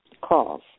calls